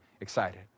excited